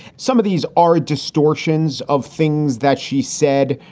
some of these are distortions of things that she said,